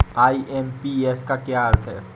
IMPS का क्या अर्थ है?